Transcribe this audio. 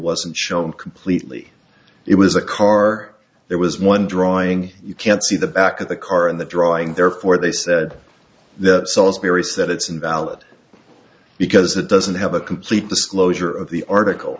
wasn't shown completely it was a car it was one drawing you can't see the back of the car in the drawing therefore they said that solsbury said it's invalid because it doesn't have a complete disclosure of the article